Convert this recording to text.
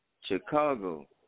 Chicago